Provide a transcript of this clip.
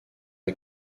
sur